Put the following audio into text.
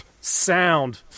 sound